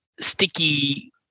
sticky